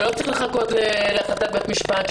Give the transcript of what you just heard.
שלא צריך לחכות להחלטת בית המשפט,